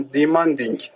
demanding